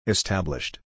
Established